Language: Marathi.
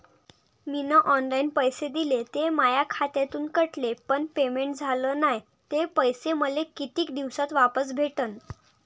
मीन ऑनलाईन पैसे दिले, ते माया खात्यातून कटले, पण पेमेंट झाल नायं, ते पैसे मले कितीक दिवसात वापस भेटन?